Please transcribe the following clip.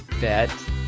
bet